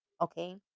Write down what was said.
Okay